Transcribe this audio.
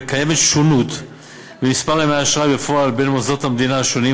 וקיימת שונות במספר ימי האשראי בפועל בין מוסדות המדינה השונים,